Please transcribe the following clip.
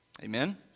Amen